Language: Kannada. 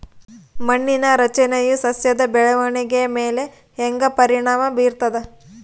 ಮಣ್ಣಿನ ರಚನೆಯು ಸಸ್ಯದ ಬೆಳವಣಿಗೆಯ ಮೇಲೆ ಹೆಂಗ ಪರಿಣಾಮ ಬೇರ್ತದ?